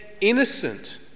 innocent